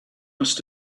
must